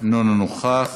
איננו נוכח,